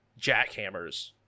jackhammers